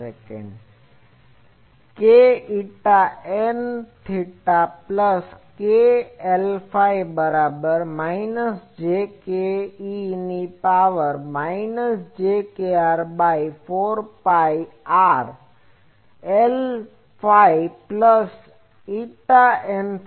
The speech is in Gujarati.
k η Nθ plus k Lφ બરાબર માઈનસ j k e ની power minus j kr by 4 phi r Lφ plus η Nθ